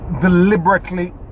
deliberately